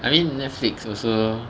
I mean Netflix also